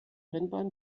rennbahn